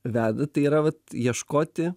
veda tai yra vat ieškoti